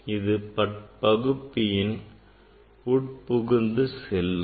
அது பகுப்பியின் உட்புகுந்து செல்லும்